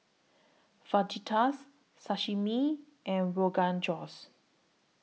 Fajitas Sashimi and Rogan Josh